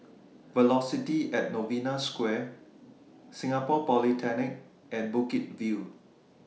Velocity At Novena Square Singapore Polytechnic and Bukit View